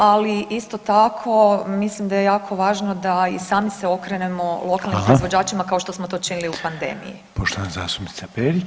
Ali isto tako mislim da je jako važno da i sami se okrenemo lokalnim proizvođačima kao što smo to činili u pandemiji.